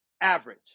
average